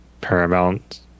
paramount